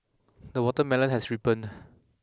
the watermelon has ripened